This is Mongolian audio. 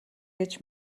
гэж